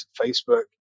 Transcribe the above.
Facebook